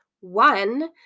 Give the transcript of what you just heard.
one